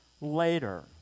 later